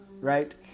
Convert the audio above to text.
right